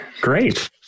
Great